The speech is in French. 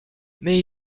mais